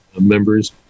members